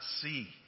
see